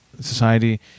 society